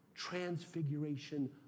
Transfiguration